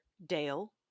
Dale